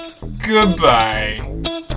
Goodbye